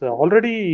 already